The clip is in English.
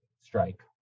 strike